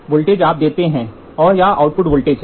voltage आप देते हैं हैं और यह आउट वोल्टेज है